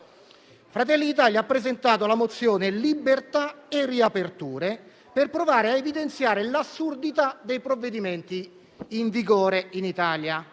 Fratelli d'Italia ha presentato la mozione «Libertà e riaperture» per provare a evidenziare l'assurdità dei provvedimenti in vigore in Italia.